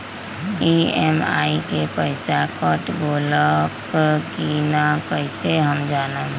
EMI के पईसा कट गेलक कि ना कइसे हम जानब?